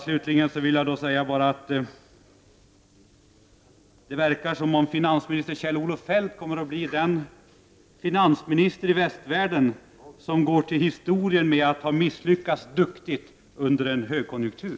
Slutligen vill jag säga att det verkar som om finansminister Kjell-Olof Feldt kommer att bli den finansminister i västvärlden som går till historien genom att ha misslyckats duktigt under en högkonjunktur.